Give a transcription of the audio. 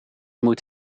moet